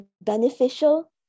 beneficial